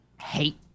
hate